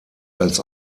als